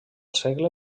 segle